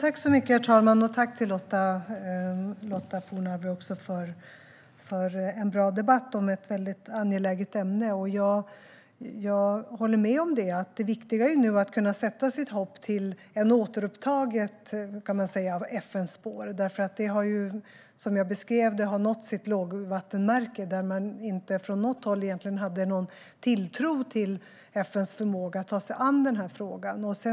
Herr talman! Tack, Lotta Johnsson Fornarve, för en bra debatt om ett angeläget ämne! Jag håller med om att det viktiga nu är att kunna sätta sitt hopp till ett återupptaget FN-spår. Det har ju som jag beskrev nått sitt lågvattenmärke, där man inte från något håll hade någon tilltro till FN:s förmåga att ta sig an den här frågan.